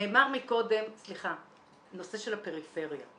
נאמר מקודם נושא של הפריפריה.